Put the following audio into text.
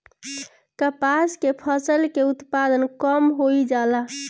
कपास के फसल के उत्पादन कम होइ जाला?